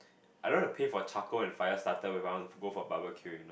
I don't want to pay for charcoal and fire starter where I want to go for barbeque you know